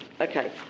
Okay